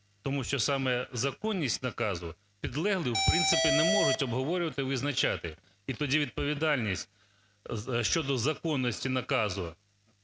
тому що саме законність наказу підлеглі, в принципі, не можуть обговорювати, визначати. І тоді відповідальність щодо законності наказу